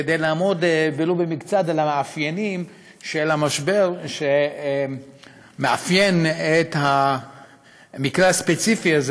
כדי לעמוד ולו במקצת על המאפיינים של המשבר במקרה הספציפי הזה.